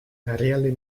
larrialdi